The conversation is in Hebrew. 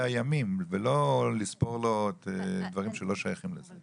הימים ולא לספור לו דברים שלא שייכים לזה.